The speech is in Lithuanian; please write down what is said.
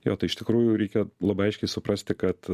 jo tai iš tikrųjų reikia labai aiškiai suprasti kad